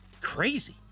crazy